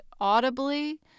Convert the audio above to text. audibly